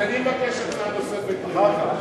אז אני מבקש הצעה נוספת לסדר-היום.